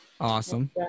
Awesome